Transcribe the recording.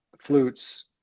flutes